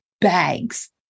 bags